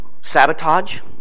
sabotage